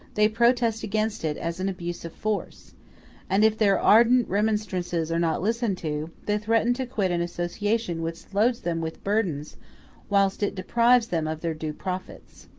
they protest against it as an abuse of force and if their ardent remonstrances are not listened to, they threaten to quit an association which loads them with burdens whilst it deprives them of their due profits.